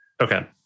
Okay